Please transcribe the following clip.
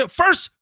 first